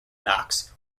knox